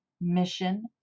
mission